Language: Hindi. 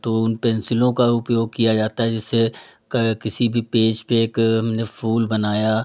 तो उन पेन्सिलों का उपयोग किया जाता है जिससे किसी भी पेज पे एक हमने फूल बनाया